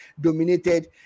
dominated